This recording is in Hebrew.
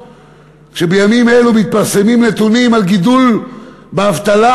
כשבימים אלו מתפרסמים נתונים על גידול באבטלה,